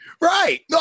Right